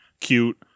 cute